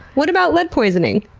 what about lead poisoning?